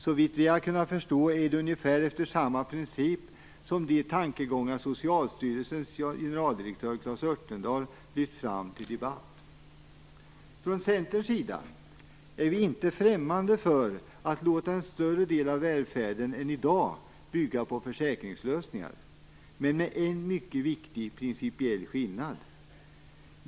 Såvitt vi har kunnat förstå rör det sig om ungefär samma princip som i de tankegångar som Socialstyrelsens generaldirektör Claes Örtendahl lyft fram till debatt. Från Centerns sida är vi inte främmande för att låta en större del av välfärden än i dag bygga på försäkringslösningar, men med en mycket viktig skillnad.